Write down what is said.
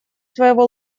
своего